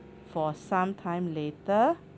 for some time later